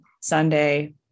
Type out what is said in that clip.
Sunday